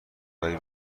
داری